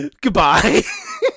Goodbye